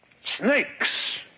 Snakes